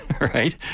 Right